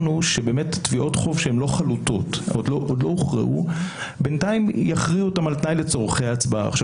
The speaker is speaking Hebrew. אנחנו עדיין במשלוח ההודעה והזמנה